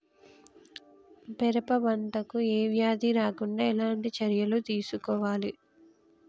పెరప పంట కు ఏ వ్యాధి రాకుండా ఎలాంటి చర్యలు తీసుకోవాలి?